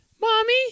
Mommy